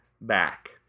back